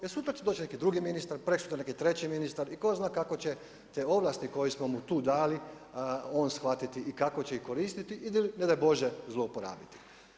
Jer sutra će doći neki drugi ministar, prekosutra neki treći ministar i tko zna kako će te ovlasti koje smo mu tu dali, on shvatiti i kako će ih koristiti i ne daj Bože zlouporabiti.